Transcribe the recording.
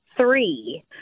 three